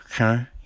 okay